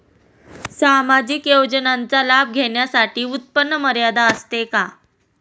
सामाजिक योजनांचा लाभ घेण्यासाठी उत्पन्न मर्यादा असते का?